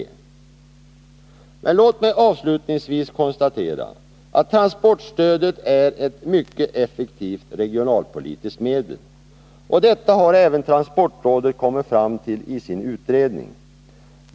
Låt mig avslutningsvis konstatera att transportstödet är ett mycket effektivt regionalpolitiskt medel. Detta har även transportrådet kommit fram till i sin utredning.